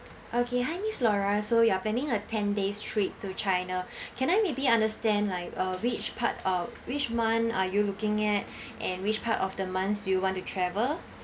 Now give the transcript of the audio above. okay hi miss laura so you're planning a ten days trip to china can I maybe understand like uh which part of which month are you looking at and which part of the months you want to travel